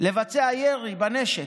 לבצע ירי בנשק.